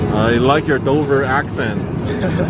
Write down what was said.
like your dover accent.